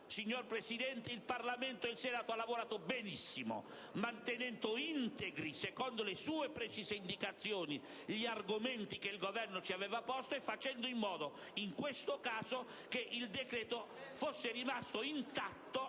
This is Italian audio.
signor Presidente, il Senato ha lavorato benissimo, mantenendo integri, secondo le sue precise indicazioni, gli argomenti che il Governo ci aveva posto e facendo in modo, in questo caso, che il decreto rimanesse intatto